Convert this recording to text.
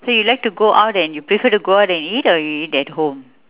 so you like to go out and you prefer to go out and eat or you eat at home